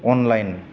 online